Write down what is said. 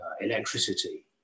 electricity